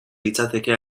litzateke